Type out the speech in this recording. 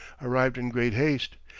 arrived in great haste.